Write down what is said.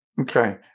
Okay